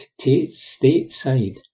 stateside